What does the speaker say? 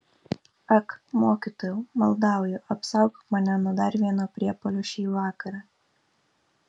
ak mokytojau maldauju apsaugok mane nuo dar vieno priepuolio šį vakarą